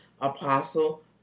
Apostle